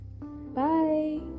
bye